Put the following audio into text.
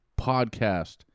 podcast